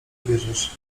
bierzesz